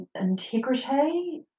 integrity